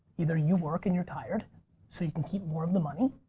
either you work and you're tired so you can keep more of the money,